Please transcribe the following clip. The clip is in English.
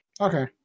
Okay